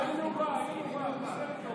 הוא בא, גפני.